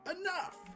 enough